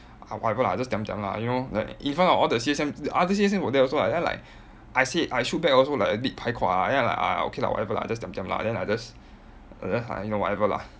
!aiya! whatever lah I just diam-diam lah you know like in front of all the C_S_M other C_S_Ms were there also ah then like I say I shoot back also like a bit pai kua then like okay lah whatever lah just diam-diam lah then I just I just !aiya! whatever lah